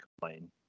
complain